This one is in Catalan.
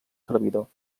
servidor